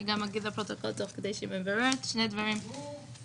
אני גם אגיד לפרוטוקול שני דברים שצריך